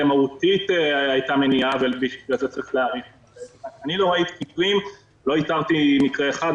מהותית לתת --- אני לא ראיתי --- לא איתרתי מקרה אחד.